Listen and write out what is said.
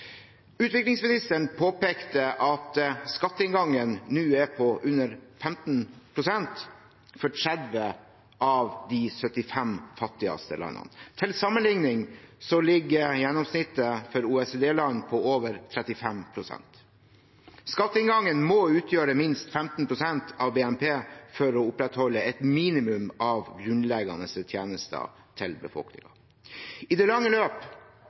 Utviklingsministeren påpekte at skatteinngangen nå er på under 15 pst. for 30 av de 75 fattigste landene. Til sammenligning ligger gjennomsnittet for OECD-land på over 35 pst. Skatteinngangen må utgjøre minst 15 pst. av BNP for å opprettholde et minimum av grunnleggende tjenester til befolkningen. I det lange løp